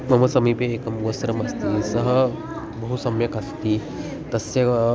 मम समीपे एकं वस्त्रमस्ति सः बहु सम्यक् अस्ति तस्य